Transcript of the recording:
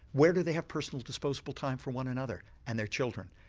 where do they have personal disposable time for one another and their children.